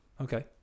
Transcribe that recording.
Okay